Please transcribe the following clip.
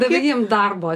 davei jiem darbo